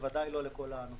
בוודאי לא לכולם.